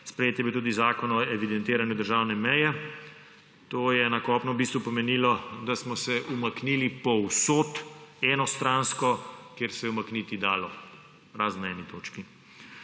Sprejet je bil tudi Zakon o evidentiranju državne meje. To je na kopnem v bistvu pomenilo, da smo se umaknili povsod enostransko, kjer se je umakniti dalo. Razen na eni točki.